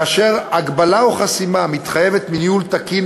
כאשר הגבלה או חסימה מתחייבת מניהול תקין